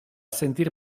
sentir